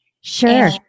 Sure